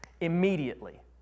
immediately